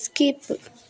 skip